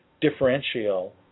differential